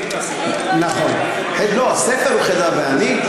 הספר "חדוה ואני",